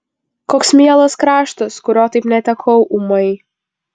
koks mielas kraštas kurio taip netekau ūmai